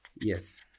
yes